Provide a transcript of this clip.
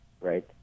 right